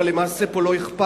אבל למעשה פה לא אכפת.